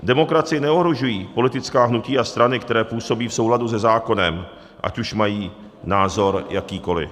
Demokracii neohrožují politická hnutí a strany, které působí v souladu se zákonem, ať už mají názor jakýkoliv.